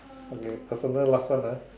okay personal last one ah